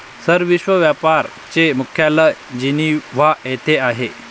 sir, विश्व व्यापार चे मुख्यालय जिनिव्हा येथे आहे